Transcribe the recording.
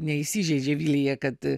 neįsižeidžia vilija kad